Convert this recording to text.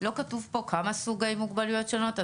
לא כתוב פה כמה סוגי מוגבלויות שונות,